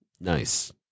Nice